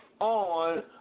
on